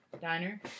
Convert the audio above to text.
diner